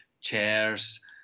chairs